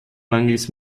mangels